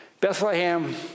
Bethlehem